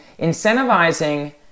incentivizing